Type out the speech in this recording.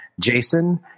jason